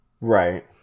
right